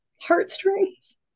heartstrings